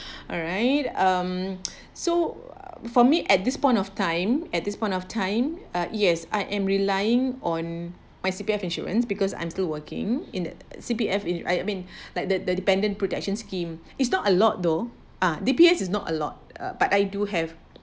alright um so for me at this point of time at this point of time uh yes I am relying on my C_P_F insurance because I'm still working in the C_P_F in I mean like the the dependent protection scheme is not a lot though uh D_P_S is not a lot uh but I do have